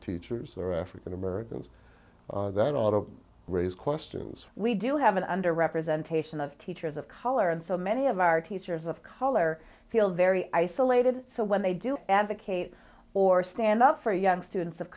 there are african americans that a lot of raise questions we do have an under representation of teachers of color and so many of our teachers of color feel very isolated so when they do advocate or stand up for young students of